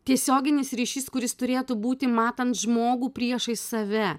tiesioginis ryšys kuris turėtų būti matant žmogų priešais save